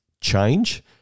change